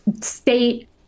state